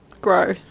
grow